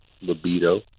libido